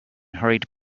hurried